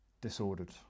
disordered